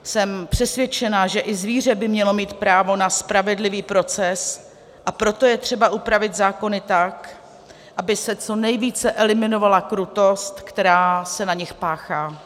Jsem přesvědčena, že i zvíře by mělo mít právo na spravedlivý proces, a proto je třeba upravit zákony tak, aby se co nejvíce eliminovala krutost, která se na nich páchá.